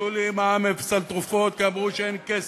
פסלו לי מע"מ אפס על תרופות כי אמרו שאין כסף,